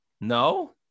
No